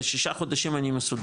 בשישה חודשים אני מסודר,